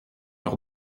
leur